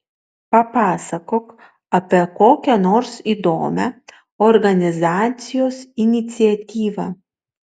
papasakok apie kokią nors įdomią organizacijos iniciatyvą